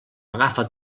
agafa